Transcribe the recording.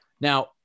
Now